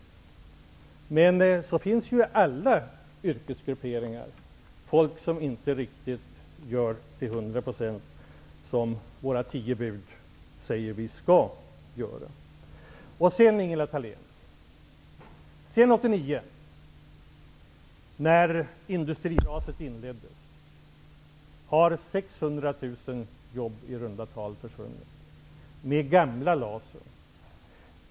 Men det finns ju folk som inte riktigt följer våra tio bud till hundra procent inom alla yrkesgrupperingar. Sedan 1989, när industriraset inleddes, har 600 000 jobb i runda tal försvunnit. Då har vi haft den gamla lagen om anställningsskydd.